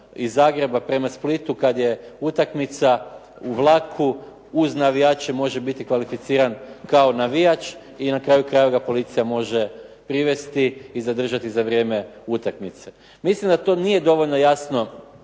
iz Zagreba prema Splitu kada je utakmica u vlaku uz navijače može biti kvalificiran kao navijač i na kraju krajeva ga policija može privesti i zadržati za vrijeme utakmice. Mislim da nije to dovoljno jasno